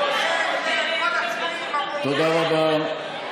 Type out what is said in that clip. תודה רבה.